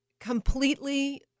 completely